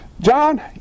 John